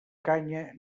canya